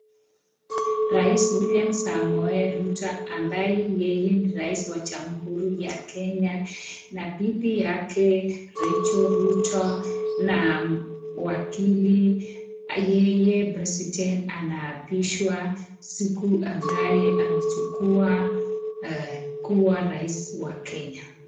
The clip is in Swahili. Rais William Samoei Ruto ambaye yeye ni rais wa jamhuri ya Kenya na bibi yake Rachael Ruto na wakili. Yeye president anaapishwa siku ambaye amechukua kua rais wa Kenya.